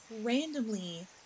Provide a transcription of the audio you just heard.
randomly